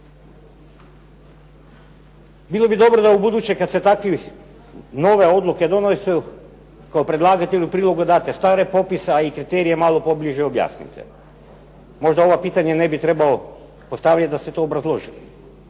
Bilo bi dobro da ubuduće kad se takve nove odluke donesu, kao predlagatelju priloga, date stare popise, a i kriterije malo pobliže objasnite. Možda ova pitanja ne bih trebao postavljati da ste to obrazložiti,